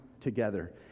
together